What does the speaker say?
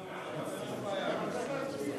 למה צריך להצביע?